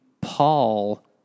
Paul